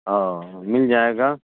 اوہ مل جائے گا